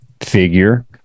figure